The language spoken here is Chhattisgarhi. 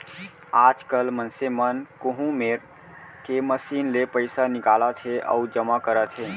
आजकाल मनसे मन कोहूँ मेर के मसीन ले पइसा निकालत हें अउ जमा करत हें